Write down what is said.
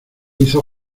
hizo